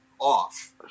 off